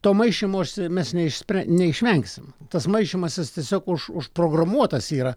to maišymosi mes neisprę neišvengsim tas maišymasis tiesiog už užprogramuotas yra